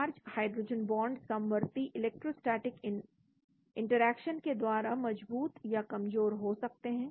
charge hydrogen bond समवर्ती electrostatic interaction के द्वारा मजबूत या कमजोर हो सकते हैं